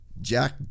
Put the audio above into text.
jack